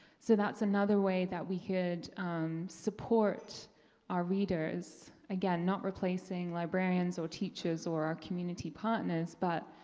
so that's another way that we could support our readers, again, not replacing librarians or teachers or our community partners but,